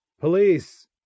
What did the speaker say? Police